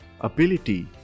ability